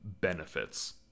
benefits